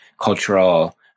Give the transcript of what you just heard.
cultural